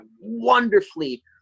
wonderfully